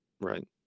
Right